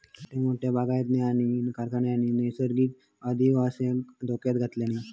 मोठमोठ्या बागायतींनी आणि कारखान्यांनी नैसर्गिक अधिवासाक धोक्यात घातल्यानी